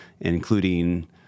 including